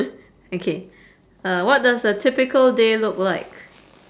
okay uh what does a typical day look like